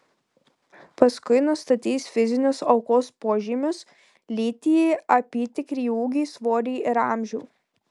paskui nustatys fizinius aukos požymius lytį apytikrį ūgį svorį ir amžių